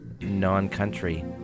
non-country